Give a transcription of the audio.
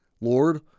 Lord